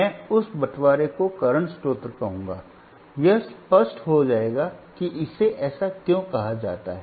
मैं उस बंटवारे को करंट स्रोत कहूंगा यह स्पष्ट हो जाएगा कि इसे ऐसा क्यों कहा जाता है